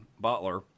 Butler